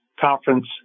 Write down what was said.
conference